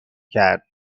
کرد